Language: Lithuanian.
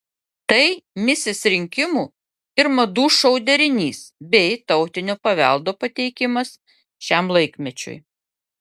tai misis rinkimų ir madų šou derinys bei tautinio paveldo pateikimas šiam laikmečiui